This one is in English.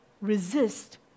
resist